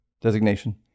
designation